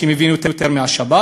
שמבין יותר מהשב"כ,